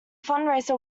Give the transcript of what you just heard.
fundraiser